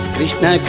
Krishna